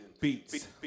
Beats